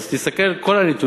אז תסתכל על כל הנתונים,